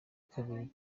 kabiri